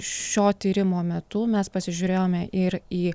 šio tyrimo metu mes pasižiūrėjome ir į